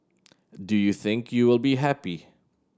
do you think you will be happy